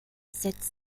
setzt